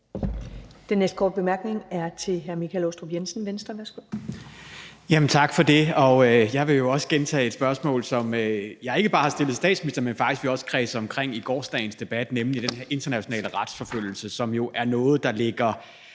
Den næste korte bemærkning er til hr. Michael Aastrup Jensen, Venstre. Værsgo. Kl. 13:26 Michael Aastrup Jensen (V): Tak for det. Jeg vil også gentage et spørgsmål, som jeg ikke bare har stillet statsministeren, men som vi faktisk også kredsede om i gårsdagens debat, nemlig om den her internationale retsforfølgelse, som jo er noget, der ligger